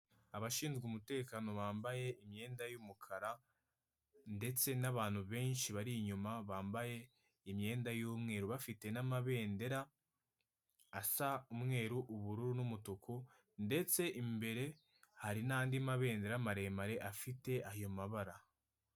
Abashinzwe umutekano bambaye imyenda y'umukara, ndetse n'abantu benshi bari inyuma bambaye imyenda y'umweru bafite n'amabendera asa umweru, ubururu n'umutuku ndetse imbere hari n'andi mabendera maremare afite ayo mabara.